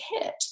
hit